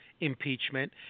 impeachment